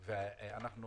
עבאס.